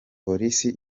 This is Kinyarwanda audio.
polisi